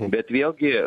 bet vėlgi